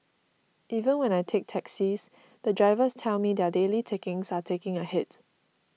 even when I take taxis the drivers tell me their daily takings are taking a hit